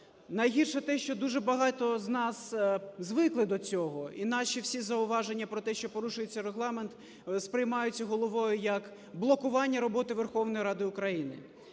Найгірше те, що дуже багато з нас звикли до цього. І наші всі зауваження про те, що порушується Регламент, сприймаються Головою як блокування роботи Верховної Ради України.